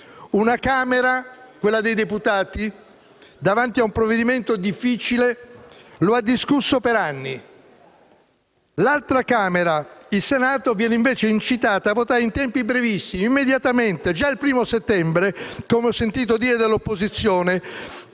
Una Camera, quella dei deputati, davanti a un provvedimento difficile, ha discusso per anni; l'altra Camera, il Senato, viene invece incitata a votare in tempi brevissimi, immediatamente, già il 1° settembre - come ho sentito dire dall'opposizione